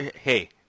Hey